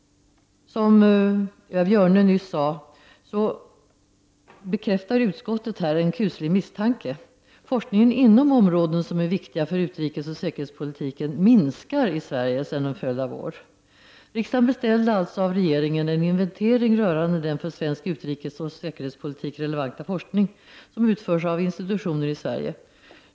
Som Eva Björne nyss sade bekräftar utskottet här en kuslig misstanke. Forskning inom områden som är viktiga för utrikesoch säkerhetspolitiken minskar i Sverige sedan en följd av år. Riksdagen beställde av regeringen en inventering rörande den för svensk utrikesoch säkerhetspolitik relevanta forskning som utförs av institutioner i Sverige.